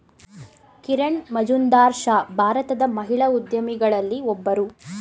ಕಿರಣ್ ಮಜುಂದಾರ್ ಶಾ ಭಾರತದ ಮಹಿಳಾ ಉದ್ಯಮಿಗಳಲ್ಲಿ ಒಬ್ಬರು